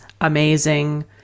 amazing